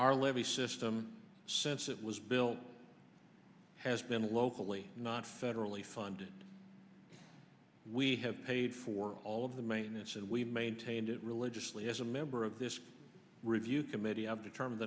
our levee system since it was built has been locally not federally funded we have paid for all of the maintenance and we maintained it religiously as a member of this review committee up determine